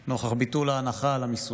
נוכח ביטול ההנחה על המיסוי.